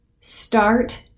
start